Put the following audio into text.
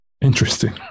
Interesting